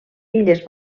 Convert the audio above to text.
illes